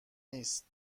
نیست